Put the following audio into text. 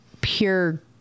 pure